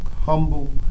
humble